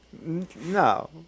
No